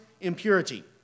impurity